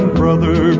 brother